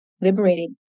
liberated